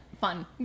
fun